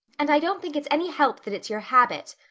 and i don't think it's any help that it's your habit.